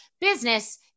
business